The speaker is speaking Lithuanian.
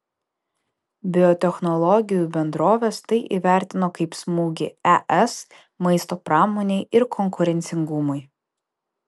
biotechnologijų bendrovės tai įvertino kaip smūgį es maisto pramonei ir konkurencingumui